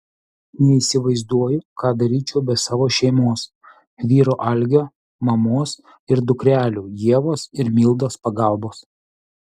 neįsivaizduoju ką daryčiau be savo šeimos vyro algio mamos ir dukrelių ievos ir mildos pagalbos